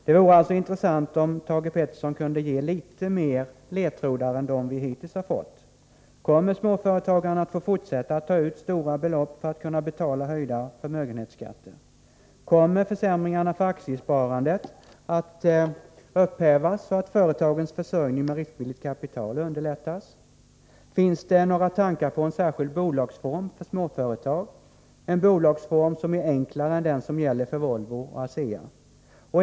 Det vore alltså intressant, om Thage Peterson kunde ge litet mer ledtrådar än de vi hittills har fått. Kommer småföretagarna att få fortsätta att ta ut stora belopp för att kunna betala höjda förmögenhetsskatter? Kommer försämringarna för aktiesparandet att upphävas, så att företagens försörjning med riskvilligt kapital underlättas? Finns det några tankar på en särskild bolagsform för småföretag som är enklare än den som gäller för Volvo och ASEA?